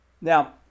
Now